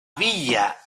villa